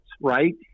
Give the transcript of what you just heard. right